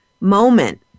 moment